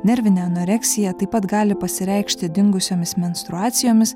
nervinė anoreksija taip pat gali pasireikšti dingusiomis menstruacijomis